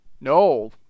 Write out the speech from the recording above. No